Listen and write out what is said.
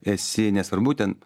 esi nesvarbu ten